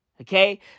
Okay